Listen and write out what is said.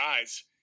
guys